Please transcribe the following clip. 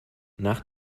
nach